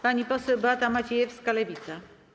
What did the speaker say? Pani poseł Beata Maciejewska, Lewica.